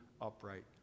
upright